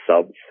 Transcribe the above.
subs